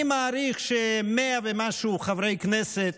אני מעריך ש-100 ומשהו חברי כנסת